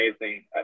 amazing